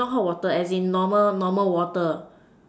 not hot water normal normal water